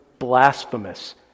blasphemous